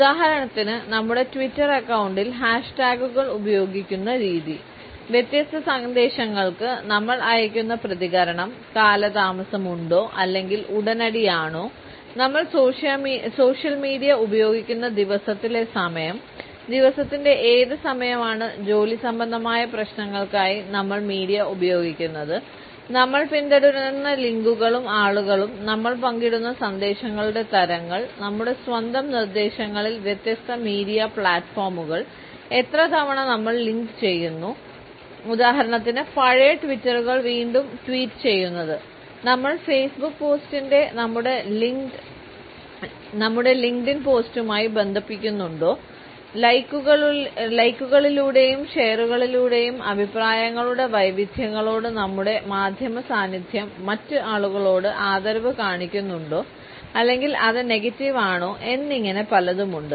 ഉദാഹരണത്തിന് നമ്മുടെ ട്വിറ്റർ അക്കൌണ്ടിൽ ഹാഷ് ടാഗുകൾ ഉപയോഗിക്കുന്ന രീതി വ്യത്യസ്ത സന്ദേശങ്ങൾക്ക് നമ്മൾ അയയ്ക്കുന്ന പ്രതികരണം കാലതാമസം ഉണ്ടോ അല്ലെങ്കിൽ ഉടനടി ആണോ നമ്മൾ സോഷ്യൽ മീഡിയ ഉപയോഗിക്കുന്ന ദിവസത്തിലെ സമയം ദിവസത്തിന്റെ ഏത് സമയം ആണ് ജോലി സംബന്ധമായ പ്രശ്നങ്ങൾക്കായി നമ്മൾ മീഡിയ ഉപയോഗിക്കുന്നത് നമ്മൾ പിന്തുടരുന്ന ലിങ്കുകളും ആളുകളും നമ്മൾ പങ്കിടുന്ന സന്ദേശങ്ങളുടെ തരങ്ങൾ നമ്മുടെ സ്വന്തം നിർദ്ദേശങ്ങളിൽ വ്യത്യസ്ത മീഡിയ പ്ലാറ്റ്ഫോമുകൾ എത്ര തവണ നമ്മൾ ലിങ്കുചെയ്യുന്നു ഉദാഹരണത്തിന് പഴയ ട്വീറ്റുകൾ വീണ്ടും ട്വീറ്റ് ചെയ്യുന്നത് നമ്മൾ ഫേസ്ബുക്ക് പോസ്റ്റിനെ നമ്മുടെ ലിങ്ക്ഡ് ഇൻ പോസ്റ്റുമായി ബന്ധിപ്പിക്കുന്നുണ്ടോ ലൈക്കുകളിലൂടെയും ഷെയറുകളിലൂടെയും അഭിപ്രായങ്ങളുടെ വൈവിധ്യങ്ങളോട് നമ്മുടെ മാധ്യമ സാന്നിധ്യം മറ്റ് ആളുകളോട് ആദരവ് കാണിക്കുന്നുണ്ടോ അല്ലെങ്കിൽ അത് നെഗറ്റീവ് ആണോ എന്നിങ്ങനെ പലതുമുണ്ട്